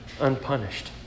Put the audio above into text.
unpunished